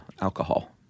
alcohol